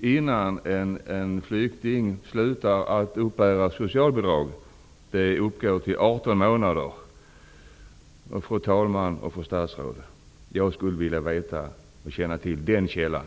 innan en flykting slutar att uppbära socialbidrag uppgår till 18 månader. Fru talman och fru statsråd, jag skulle vilja känna till den källan.